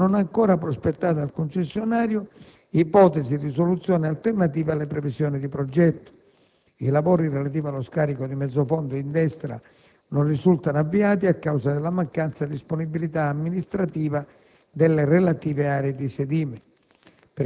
ma non ha ancora prospettato al concessionario ipotesi di soluzioni alternative alle previsioni di progetto. I lavori relativi allo scarico di mezzofondo in destra non risultano avviati a causa della mancanza di disponibilità amministrativa delle relative aree di sedime.